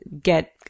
get